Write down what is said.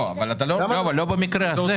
לא במקרה הזה.